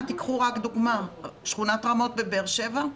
קחו לדוגמה, שכונת רמות בבאר שבע,